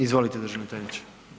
Izvolite državni tajniče.